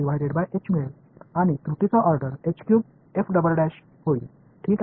எனவே இந்த விஷயங்கள் எளிதாகி ஒரு h ரத்து செய்யப்படும் நான் என்ன பெறப் போகிறேன்